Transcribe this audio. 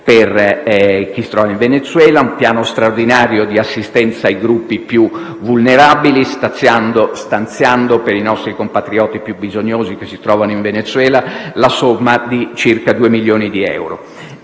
per chi si trova in Venezuela e con un piano straordinario di assistenza ai gruppi più vulnerabili, stanziando per i nostri compatrioti più bisognosi che si trovano in Venezuela la somma di circa due milioni di euro.